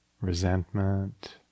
resentment